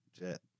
Jet